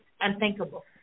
unthinkable